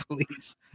please